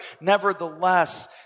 Nevertheless